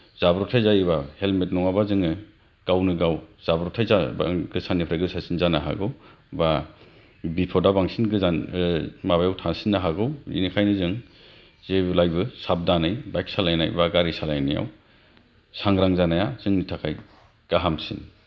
जाब्रबथाय जायोब्ला हेलमेट नङाब्ला जोङो गावनो गाव जाब्रबथाय जागोन गोसानिफ्राय गोसासिन जानो हागौ बा बिफदा बांसिन गोजान माबायाव थांसिननो हागौ इनिखायनो जों जेब्लायबो साबधानै बाइक सालायनाय बा गारि सालायनायाव सांग्रां जानाया जोंनि थाखाय गाहामसिन